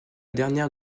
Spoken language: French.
dernière